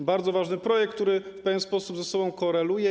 To bardzo ważny projekt, który w pewien sposób z tym koreluje.